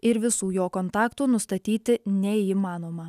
ir visų jo kontaktų nustatyti neįmanoma